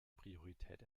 priorität